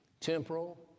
Temporal